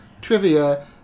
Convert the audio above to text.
trivia